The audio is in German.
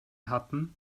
hatten